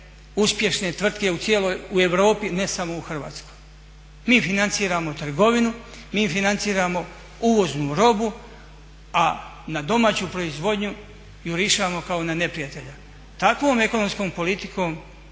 uspješne tvrtke u Europi ne samo u Hrvatskoj. Mi financiramo trgovinu, mi financiramo uvoznu robu, a na domaću proizvodnju jurišamo ka na neprijatelja. Takvom ekonomskom politikom